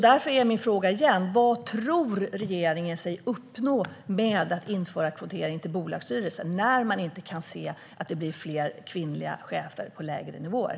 Därför är min fråga återigen: Vad tror regeringen sig uppnå med att införa kvotering till bolagsstyrelser när man inte kan se att det blir fler kvinnliga chefer på lägre nivåer?